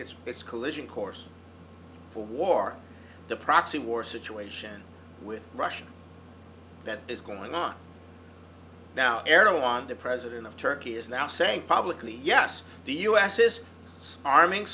it's it's collision course for war the proxy war situation with russia that is going on now errol on the president of turkey is now saying publicly yes the u s is arming